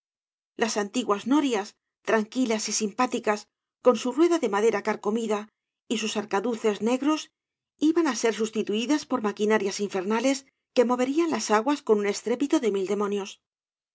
las antiguas norías tranquilas y simpáticas con su rueda de madera carcomida y sus arcaduces negros iban á ser sustituidas por maquinarias infernales que moverían las aguas con un estrépito de mil demonios